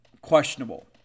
questionable